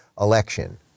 election